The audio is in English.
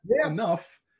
enough